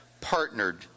partnered